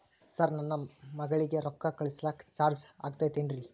Sir ನನ್ನ ಮಗಳಗಿ ರೊಕ್ಕ ಕಳಿಸಾಕ್ ಚಾರ್ಜ್ ಆಗತೈತೇನ್ರಿ?